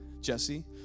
Jesse